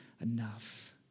enough